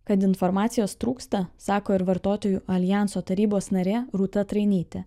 kad informacijos trūksta sako ir vartotojų aljanso tarybos narė rūta trainytė